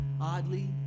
Oddly